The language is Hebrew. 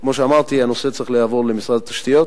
כפי שאמרתי, שהנושא צריך לעבור למשרד התשתיות